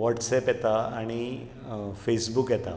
WhatsApp येता आनी Facebook येता